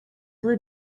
blue